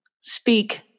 speak